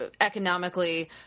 economically